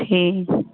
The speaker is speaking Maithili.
ठीक